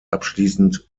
abschließend